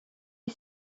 est